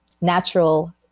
natural